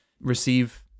receive